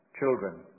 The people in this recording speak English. Children